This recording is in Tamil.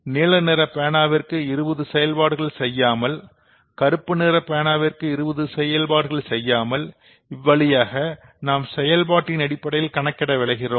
நீல நிற பேனாவுக்கு 20 செயல்பாடுகள் செய்யாமல் கருப்புநிற பேனாவுக்கு 20 செயல்பாடுகள் செய்யாமல் இவ்வழியாக நாம் செயல்பாட்டின் அடிப்படையில் கணக்கிட விழைகிறோம்